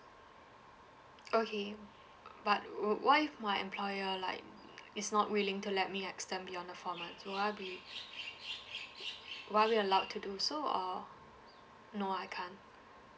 okay but w~ what if my employer like is not willing to let me extend beyond the four months will I be will I be allowed to do so or no I can't